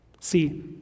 See